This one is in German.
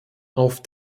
auf